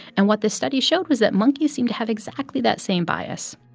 and what this study showed was that monkeys seem to have exactly that same bias